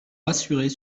rassurer